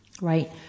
right